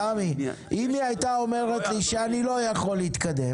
אם היא הייתה אומרת לי שאני לא יכול להתקדם